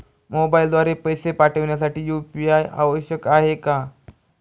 मोबाईलद्वारे पैसे पाठवण्यासाठी यू.पी.आय आवश्यक आहे का?